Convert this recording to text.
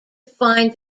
find